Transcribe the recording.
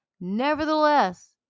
Nevertheless